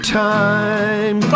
time